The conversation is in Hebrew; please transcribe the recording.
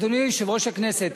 אדוני יושב-ראש הכנסת,